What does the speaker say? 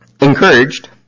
encouraged